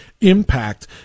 impact